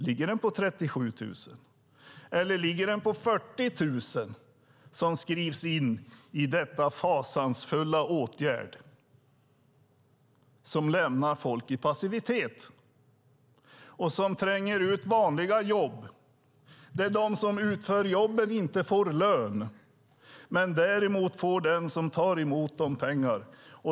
Ligger den på 37 000, eller ligger den på 40 000 som skrivs in i denna fasansfulla åtgärd? Den lämnar folk i passivitet, och den tränger ut vanliga jobb. De som utför jobben får ingen lön, men däremot får den som tar emot dem pengar.